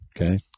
Okay